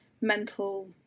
mental